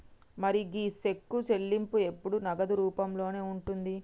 మరి గీ సెక్కు చెల్లింపు ఎప్పుడు నగదు రూపంలోనే ఉంటుంది